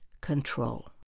Control